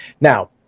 Now